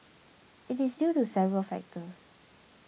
it is due to several factors